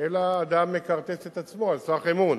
אלא אדם מכרטס את עצמו על סמך אמון.